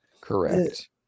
Correct